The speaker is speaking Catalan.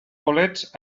bolets